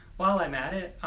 while i'm at it,